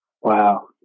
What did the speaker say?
Wow